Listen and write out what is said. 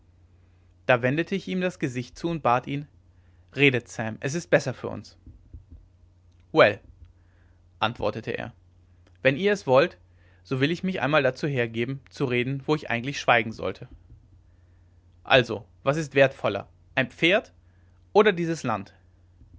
da wendete ich ihm das gesicht zu und bat ihn redet sam es ist besser für uns well antwortete er wenn ihr es wollt so will ich mich einmal dazu hergeben zu reden wo ich eigentlich schweigen sollte also was ist wertvoller ein pferd oder dieses land